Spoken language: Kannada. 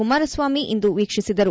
ಕುಮಾರಸ್ವಾಮಿ ಇಂದು ವೀಕ್ಷಿಸಿದರು